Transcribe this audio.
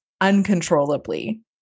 uncontrollably